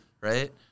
right